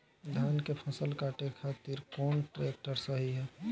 धान के फसल काटे खातिर कौन ट्रैक्टर सही ह?